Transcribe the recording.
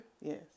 Yes